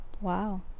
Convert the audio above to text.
Wow